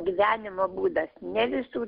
gyvenimo būdas ne visų